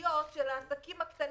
בציציות של העסקים הקטנים,